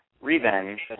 Revenge